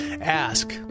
Ask